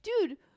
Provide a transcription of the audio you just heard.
dude